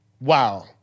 Wow